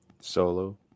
solo